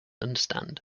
understand